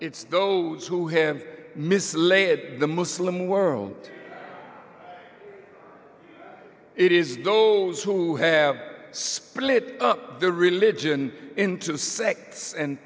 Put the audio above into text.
it's those who have misled the muslim world it is those who have split up their religion into the sects and